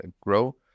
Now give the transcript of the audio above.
grow